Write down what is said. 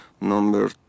number